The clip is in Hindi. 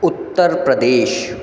उत्तर प्रदेश